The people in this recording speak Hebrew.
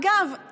אגב,